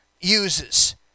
uses